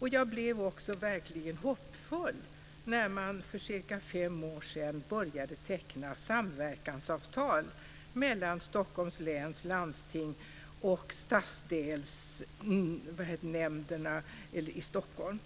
Jag blev också verkligen hoppfull när man för cirka fem år sedan började teckna samverkansavtal mellan Stockholms läns landsting och stadsdelsnämnderna i Stockholm.